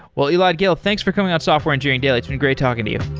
well elad gil, thanks for coming on software engineering daily. it's been great talking to you